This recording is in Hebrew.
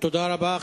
תודה רבה.